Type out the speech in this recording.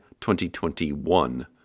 2021